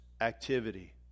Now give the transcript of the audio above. activity